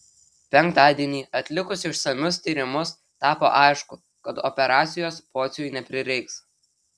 penktadienį atlikus išsamius tyrimus tapo aišku kad operacijos pociui neprireiks